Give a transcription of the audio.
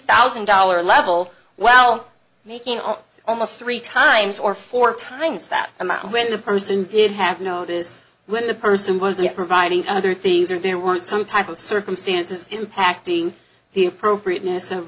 thousand dollar level well making all almost three times or four times that amount when the person did have notice when the person was your providing other things or there were some type of circumstances impacting the appropriateness of